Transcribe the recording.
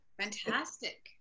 Fantastic